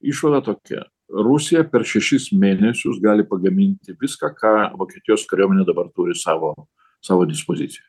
išvada tokia rusija per šešis mėnesius gali pagaminti viską ką vokietijos kariuomenė dabar turi savo savo dispozicijoj